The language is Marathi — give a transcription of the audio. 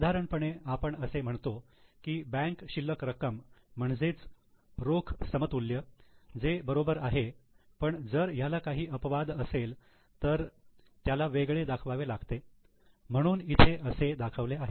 साधारणपणे आपण असे म्हणतो की बँक शिल्लक रक्कम म्हणजेच रोख समतुल्य जे बरोबर आहे पण जर ह्याला काही अपवाद असेल तर त्याला वेगळे दाखवावे लागते म्हणून इथे असे दाखवले आहे